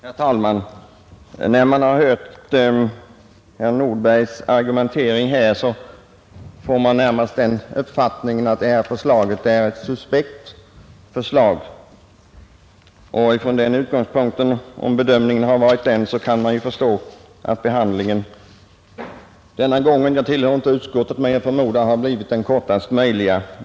Herr talman! När jag har lyssnat till herr Nordbergs argumentering har jag närmast fått den uppfattningen att detta förslag är suspekt. Jag tillhör inte utskottet, men jag förmodar att behandlingen denna gång — om bedömningen har varit sådan — har blivit den kortaste möjliga.